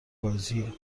بازیه